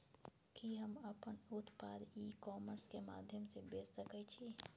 कि हम अपन उत्पाद ई कॉमर्स के माध्यम से बेच सकै छी?